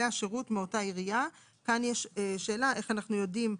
השירות מאותה עירייה." כאן יש שאלה: איך אנחנו יודעים,